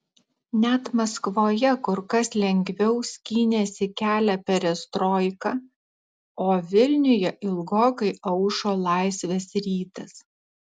net maskvoje kur kas lengviau skynėsi kelią perestroika o vilniuje ilgokai aušo laisvės rytas